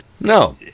No